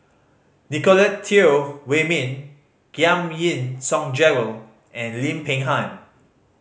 Nicolette Teo Wei Min Giam Yean Song Gerald and Lim Peng Han